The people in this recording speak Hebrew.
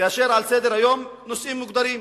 כאשר על סדר-היום נושאים מוגדרים.